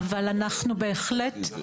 יפה